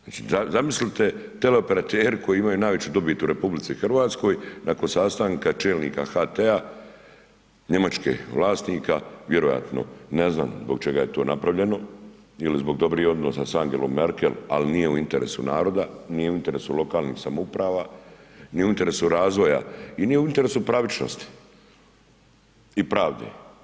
Zamislite, teleoperateri koji imaju najveću dobit u RH, nakon sastanka čelnika HT-a, njemačkih vlasnika, vjerojatno, ne znam, zbog čega je to napravljeno ili zbog dobrih odnosa sa Angelom Merkel, ali nije u interesu naroda, nije u interesu lokalnih samouprava, nije u interesu razvoja i nije u interesu pravičnosti i pravde.